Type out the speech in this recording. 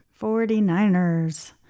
49ers